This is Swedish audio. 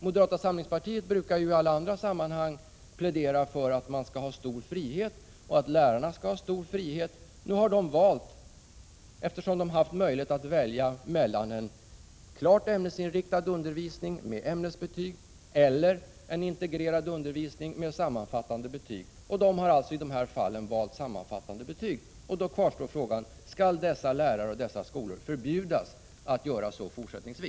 Moderata samlingspartiet brukar ju i alla andra sammanhang plädera för stor frihet för människor, bland dem lärarna. Nu har dessa lärare haft möjlighet att välja mellan en klart ämnesinriktad undervisning med ämnesbetyg och en integrerad undervisning med sammanfattande betyg, och de har valt det senare. Då kvarstår frågan: Skall dessa lärare och skolor förbjudas att göra så i fortsättningen?